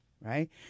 Right